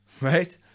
Right